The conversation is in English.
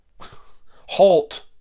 Halt